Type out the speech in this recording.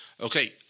Okay